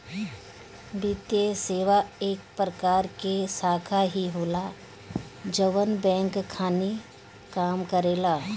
वित्तीये सेवा एक प्रकार के शाखा ही होला जवन बैंक खानी काम करेला